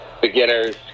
beginners